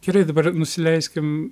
gerai dabar nusileiskim